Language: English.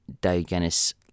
Diogenes